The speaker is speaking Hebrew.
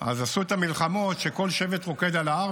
עשו את המלחמות שכל שבט רוקד על ההר,